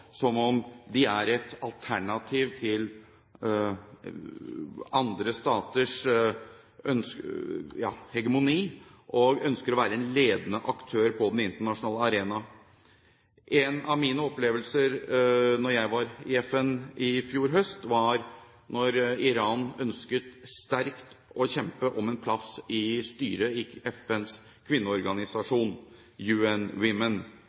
som om de er et alternativ til andre staters hegemoni, og ønsker å være en ledende aktør på den internasjonale arena. En av mine opplevelser da jeg var i FN i fjor høst, var at Iran ønsket å kjempe hardt for en plass i styret i FNs kvinneorganisasjon, UN Women.